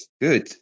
Good